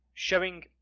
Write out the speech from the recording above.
Showing